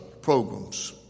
programs